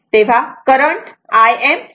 तेव्हा current Im sin ω t आहे